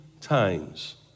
times